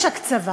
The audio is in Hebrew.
יש הקצבה